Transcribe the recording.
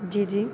जी जी